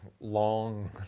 long